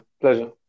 Pleasure